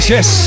Yes